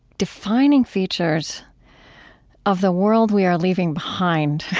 defining features of the world we are leaving behind.